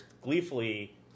gleefully